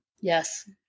Yes